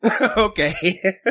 Okay